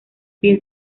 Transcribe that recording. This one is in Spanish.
pies